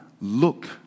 look